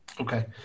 Okay